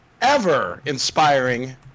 ever-inspiring